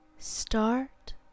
Start